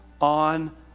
on